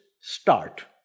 start